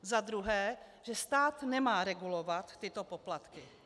Za druhé, že stát nemá regulovat tyto poplatky.